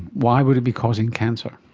why would it be causing cancer?